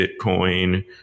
Bitcoin